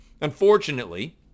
Unfortunately